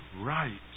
right